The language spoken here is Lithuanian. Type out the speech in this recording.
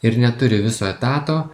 ir neturi viso etato